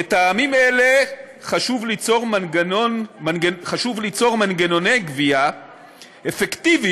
מטעמים אלה חשוב ליצור מנגנוני גבייה אפקטיביים